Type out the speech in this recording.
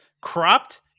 cropped